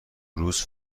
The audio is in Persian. روز